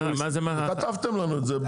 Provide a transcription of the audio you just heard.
אתם כתבתם לנו את זה.